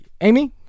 Amy